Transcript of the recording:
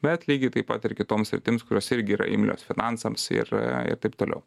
bet lygiai taip pat ir kitom sritims kurios irgi yra imlios finansams ir ir taip toliau